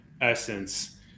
essence